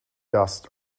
dust